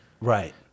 Right